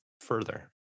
further